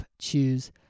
Choose